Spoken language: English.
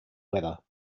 weather